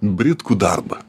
britkų darbą